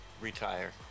retire